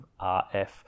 RF